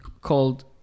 called